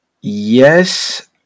Yes